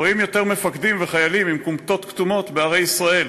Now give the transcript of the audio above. רואים יותר מפקדים וחיילים עם כומתות כתומות בערי ישראל,